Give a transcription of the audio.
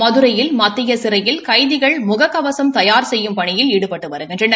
மதுரையில் மத்திய சிறையில் கைதிகள் முகககவசம் தயார் செய்யும் பணியில் ஈடுபட்டு வருகின்றனர்